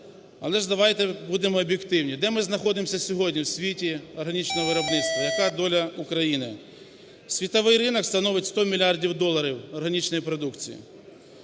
Але ж давайте будемо об'єктивні. Де ми знаходимося сьогодні в світі органічного виробництва? Яка доля України? Світовий ринок становить 100 мільярдів доларів органічної продукції